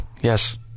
Yes